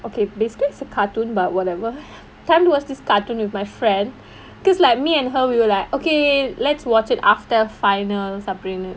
okay basically it's a cartoon but whatever time to watch this cartoon with my friend because like me and her we were like okay let's watch it after finals